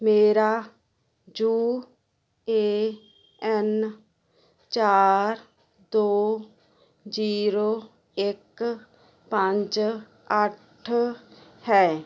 ਮੇਰਾ ਜੋ ਏ ਐੱਨ ਚਾਰ ਦੋ ਜੀਰੋ ਇੱਕ ਪੰਜ ਅੱਠ ਹੈ